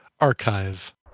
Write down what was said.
archive